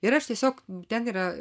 ir aš tiesiog ten yra